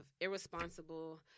irresponsible